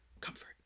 comfort